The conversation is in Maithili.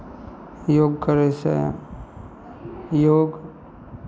योग करयसँ योग